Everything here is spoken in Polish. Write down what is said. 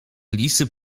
lisy